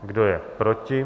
Kdo je proti?